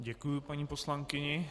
Děkuji paní poslankyni.